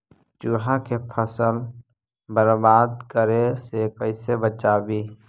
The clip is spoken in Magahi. चुहा के फसल बर्बाद करे से कैसे बचाबी?